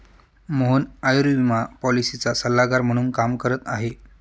मोहन आयुर्विमा पॉलिसीचा सल्लागार म्हणून काम करत आहे